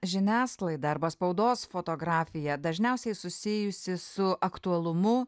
žiniasklaida arba spaudos fotografija dažniausiai susijusi su aktualumu